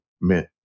meant